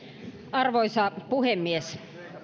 arvoisa puhemies